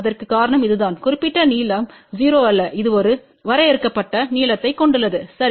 அதற்கு காரணம் இதுதான் குறிப்பிட்ட நீளம் 0 அல்ல இது ஒரு வரையறுக்கப்பட்ட நீளத்தைக் கொண்டுள்ளது சரி